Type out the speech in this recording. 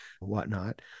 whatnot